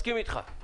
מסכים אתך.